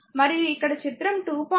మరియు ఇక్కడ చిత్రం 2